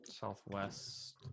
Southwest